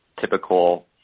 Typical